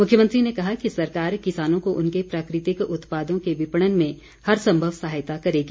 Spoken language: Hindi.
मुख्यमंत्री ने कहा कि सरकार किसानों को उनके प्राकृतिक उत्पादों के विपणन में हर संभव सहायता करेगी